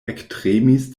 ektremis